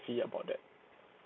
fee about that